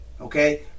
Okay